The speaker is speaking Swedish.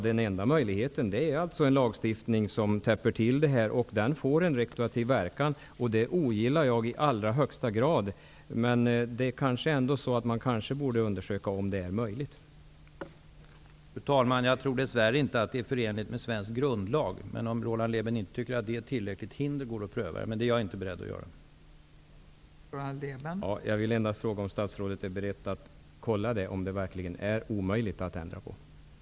Barn som under lång tid vistas i ett familjehem får ofta en stark anknytning till sina fosterföräldrar. Barn som är placerade i familjehem har ofta tragiska separationer bakom sig och nya separationer ökar deras otrygghet ytterligare. Enligt uppgifter jag fått del av så händer det att fosterföräldrar fråntas sitt fosterbarn som vistats många år hos dem för att återförenas med den biologiska modern. Detta trots att barnet inte längre har någon reell knytning till sitt biologiska ursprung. Det kan då innebära katastrof för dessa barn. Avser statsrådet att ta initiativ för att separationer mellan fosterbarn och familjehem skall undvikas om det finns en stark knytning dem emellan och barnet vistats i familjehemmet under lång tid?